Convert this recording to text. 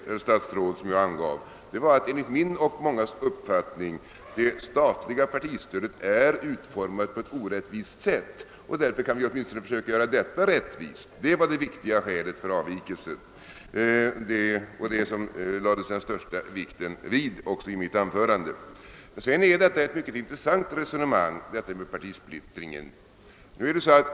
Det viktigaste skäl som jag angav var, att enligt min och många andras uppfattning det statliga partistödet är utformat på ett orättvist sätt och att vi borde göra åtminstone det kommunala partistödet rättvisare. Det är det viktiga skälet för den föreslagna avvikelsen, och det lade jag också den största vikten vid i mitt anförande. Resonemanget om partisplittringen är mycket intressant.